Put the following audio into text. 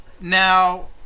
Now